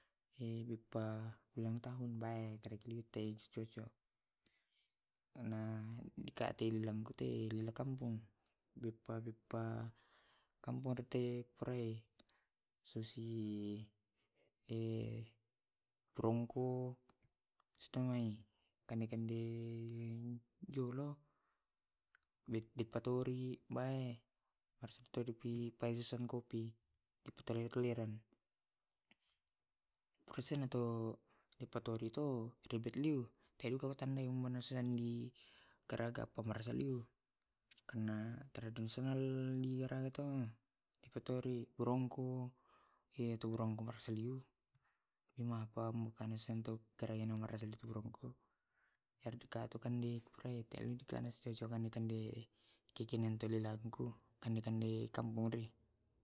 beppaulang tahun bai kedekkai lite si coco, ka telangkite tu kampong bepa bepa purai susi borongko, setengai kande kande jolo. Di patori bai pisan kopi eleran terus ina tu di patori to sandi garaga para musaliu karena tradisional di rato ko dipatori burungku tu barasangliu. burungku yara duka tukande purai kande kande kekene kande-kande.